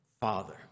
Father